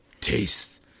Taste